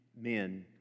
men